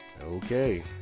okay